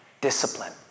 Discipline